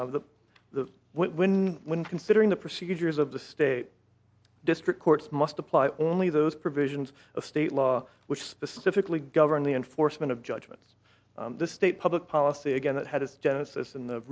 the when when considering the procedures of the state district courts must apply only those provisions of state law which specifically govern the enforcement of judgments the state public policy again that had its genesis in the